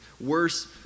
worse